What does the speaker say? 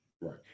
right